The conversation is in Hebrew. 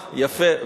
יפה.